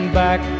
back